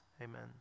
amen